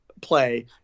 play